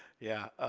yeah.